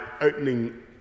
opening